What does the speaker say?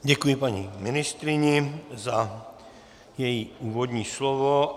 Děkuji paní ministryni za její úvodní slovo.